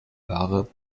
wahre